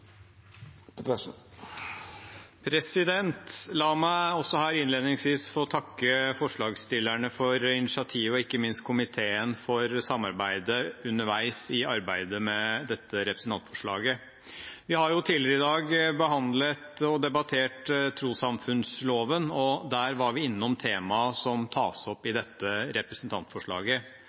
La meg også her innledningsvis få takke forslagsstillerne for initiativet og ikke minst komiteen for samarbeidet underveis i arbeidet med dette representantforslaget. Vi har jo tidligere i dag behandlet og debattert trossamfunnsloven, og der var vi innom temaet som tas opp i dette representantforslaget.